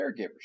caregivers